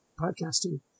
podcasting